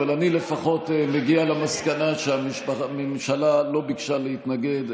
אבל אני לפחות מגיע למסקנה שהממשלה לא ביקשה להתנגד,